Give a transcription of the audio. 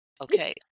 okay